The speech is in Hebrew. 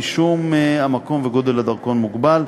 משום המקום וגודל הדרכון המוגבל,